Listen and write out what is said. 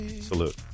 salute